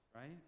right